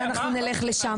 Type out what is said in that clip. אבל אנחנו נלך לשם,